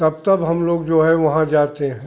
तब तब हम लोग जो है वहाँ जाते हैं